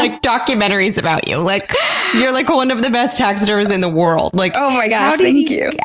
ah documentaries about you! like you're like one of the best taxidermists in the world! like oh my gosh, thank you. yeah